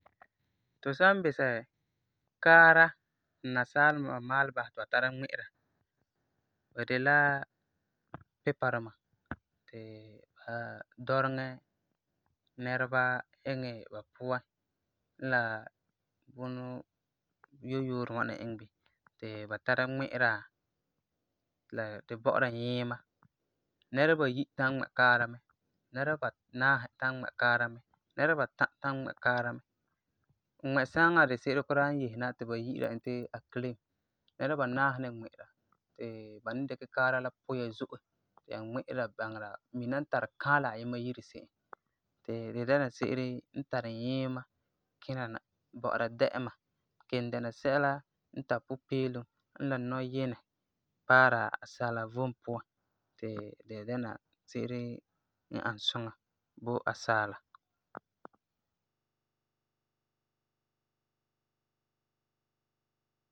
Tu san bisɛ kaara ti nasaa duma maalɛ basɛ ti ba tara ŋmi'ira, ba de la pipa duma ti ba dɔreŋɛ nɛreba iŋɛ ba puan, n la bunɔ yo-yooro ŋwana iŋɛ bini ti ba tara ŋmi'ira ti la, di bɔ'ɔra nyiima. Nɛreba bayi ta'am ŋmɛ kaara mɛ, nɛreba ba naasi ta'am ŋmɛ kaara mɛ, nɛreba batã ta'am ŋmɛ kaara mɛ. Ŋmɛ saaŋa dise'ere kuraa n yese na ti ba yi'ira e ti I claim, nɛreba banaasi n ni ŋmi'ira ti ba ni dikɛ kaara la pu ya zo'e ti ŋmi'ira baŋera mina n tari kaala ayima yire se'em ti di dɛna se'ere n tari nyiima kina na, bɔ'ɔra dɛ'ɛma, kelum dɛna sɛla n tari pupeelum n la nɔyinɛ paara asaala vom puan ti di dɛna se'ere n ani suŋa bo asaala.